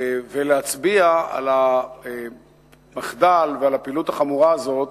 ולהצביע על המחדל ועל הפעילות החמורה הזאת